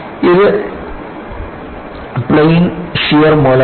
ഇത് plane shear മൂലമാണ്